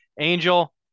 Angel